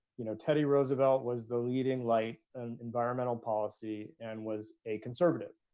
you know, teddy roosevelt was the leading light environmental policy and was a conservative